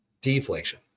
deflation